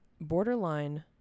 borderline